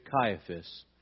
Caiaphas